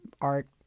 art